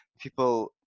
people